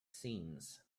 seams